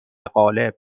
غالب